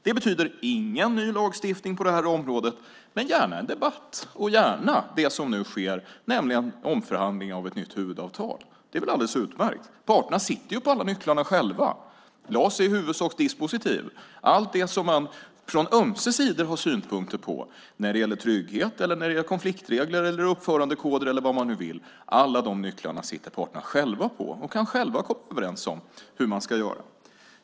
Det betyder: Ingen ny lagstiftning på det här området, men gärna en debatt och gärna det som nu sker, nämligen en omförhandling av ett nytt huvudavtal. Det är väl alldeles utmärkt. Parterna sitter ju själva med alla nycklarna. LAS är i huvudsak dispositiv. Allt det som man från ömse sidor har synpunkter på när det gäller trygghet, konfliktregler, uppförandekoder eller vad man nu vill, alla de nycklarna sitter parterna själva med och kan själva komma överens om hur man ska göra.